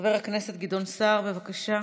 חבר הכנסת גדעון סער, בבקשה.